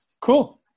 Cool